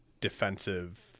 defensive